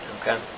Okay